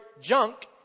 junk